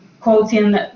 quoting